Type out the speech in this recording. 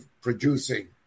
producing